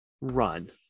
run